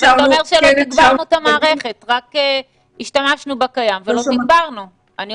אנחנו מכירים.